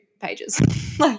pages